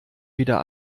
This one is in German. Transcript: weder